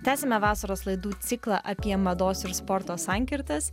tęsiame vasaros laidų ciklą apie mados ir sporto sankirtas